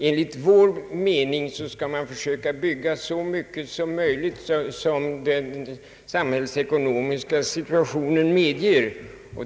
Enligt vår mening skall man försöka bygga så mycket som den samhällsekonomiska situationen medger.